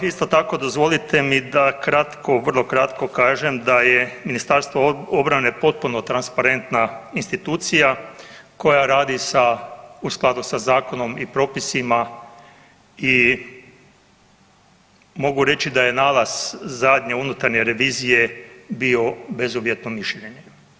Isto tako dozvolite mi da kratko, vrlo kratko kažem da je Ministarstvo obrane popuno transparentna institucija koja radi sa, u skladu sa zakonom i propisima i mogu reći da je nalaz zadnje unutarnje revizije bio bezuvjetno mišljenje.